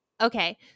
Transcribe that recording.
Okay